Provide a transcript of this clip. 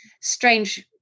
strange